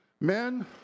Men